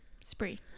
spree